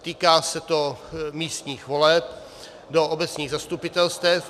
Týká se to místních voleb do obecních zastupitelstev.